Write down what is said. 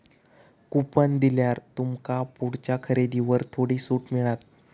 coupon दिल्यार तुमका पुढच्या खरेदीवर थोडी सूट मिळात